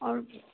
आओर